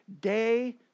day